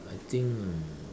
I think uh